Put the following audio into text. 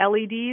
LEDs